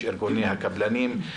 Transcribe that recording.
יש ארגוני הקבלנים,